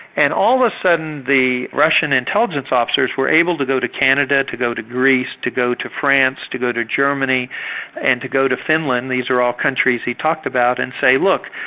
and all of a sudden the russian intelligence officers were able to go to canada, to go to greece, to go to france, to go to germany and to go to finland, these are all countries he talked about, and say, look,